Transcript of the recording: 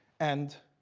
and